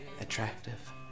attractive